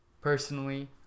personally